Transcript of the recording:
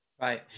Right